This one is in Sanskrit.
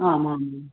आमाम्